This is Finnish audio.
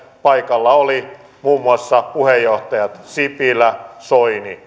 paikalla olivat muun muassa puheenjohtajat sipilä soini